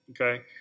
Okay